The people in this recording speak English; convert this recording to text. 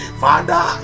father